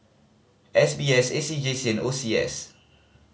S B S A C J C and O C S